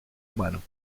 humano